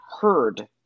heard